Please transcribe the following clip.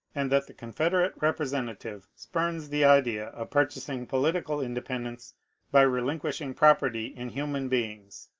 and that the confed erate representative spurns the idea of purchasing political independence by relinquishing property in human beings.